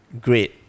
Great